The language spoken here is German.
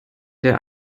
der